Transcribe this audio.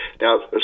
Now